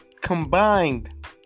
Combined